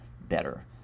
better